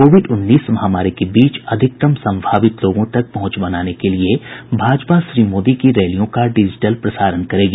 Covid उन्नीस महामारी के बीच अधिकतम संभावित लोगों तक पहुंच बनाने के लिए भाजपा श्री मोदी की रैलियों का डिजिटल प्रसारण करेगी